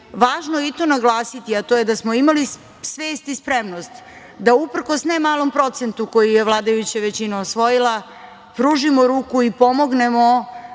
važno i to naglasiti, a to je da smo imali svest i spremnost da uprkos nemalom procentu koji je vladajuća većina osvojila pružimo ruku i pomognemo,